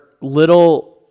little